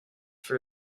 for